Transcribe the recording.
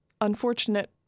unfortunate